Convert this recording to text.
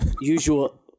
Usual